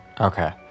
Okay